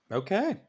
okay